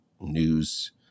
news